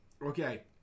Okay